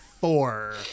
four